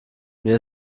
mir